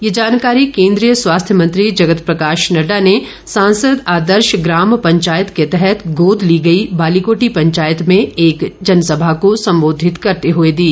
ये जानकारी केंद्रीय स्वास्थ्य मंत्री जगत प्रकाश नड़डा ने सांसद आदर्श ग्राम पंचायत के तहत गोद ली गई बालीकोटी पंचायत में एक जनसभा को संबोधित करते हए दी